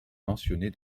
mentionné